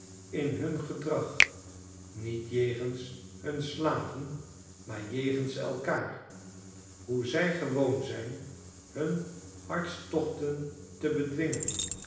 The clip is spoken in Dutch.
in hun gedrag niet jegens hun slaven maar jegens elkaar hoe zij gewoon zijn hun hartstochten te bedwingen